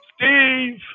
Steve